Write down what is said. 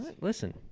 Listen